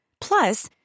Plus